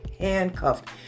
Handcuffed